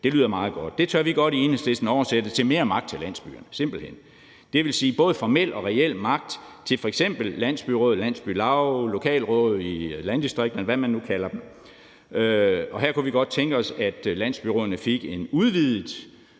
Det lyder meget godt. Det tør vi i Enhedslisten godt oversætte til, at der skal mere magt til landsbyerne, simpelt hen, og det vil sige både formel og reel magt til f.eks. landsbyråd, landsbylav, lokalråd i landdistrikterne, og hvad man nu kalder dem. Her kunne vi godt tænke os, at landsbyrådene fik en udvidet